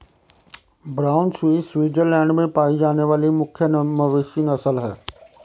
brown Swiss Switzerland में पाई जाने वाली मुख्य मवेशी नस्ल है